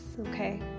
Okay